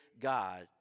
God